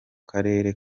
karere